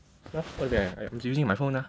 !huh! what's that I'm using my phone mah